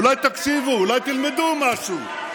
אולי תקשיבו, אולי תלמדו משהו?